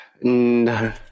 no